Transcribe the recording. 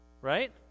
right